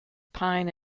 pine